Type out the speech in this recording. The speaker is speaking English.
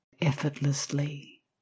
effortlessly